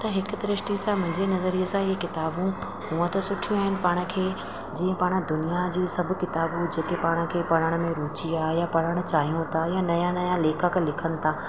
त हिक दृष्टि सां इहे किताबूं हूअं त सुठियूं आहिनि पाण खे जीअं पाण दुनियां जूं सभु किताबूं जेके पाण खे पढ़ण मे रुचि आहे या पढ़ण चाहियूं था या नया नया लेखक लिखनि था